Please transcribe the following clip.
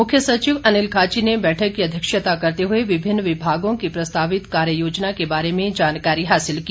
मुख्य सचिव अनिल खाची ने बैठक की अध्यक्षता करते हुए विभिन्न विभागों की प्रस्तावित कार्य योजना के बारे में जानकारी हासिल की